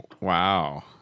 wow